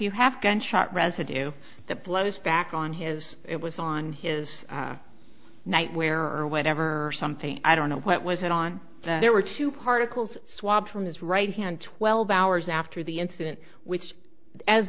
you have gun shot residue that blows back on his it was on his night where or whatever or something i don't know what was it on there were two particles swab from his right hand twelve hours after the incident which as